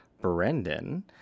Brendan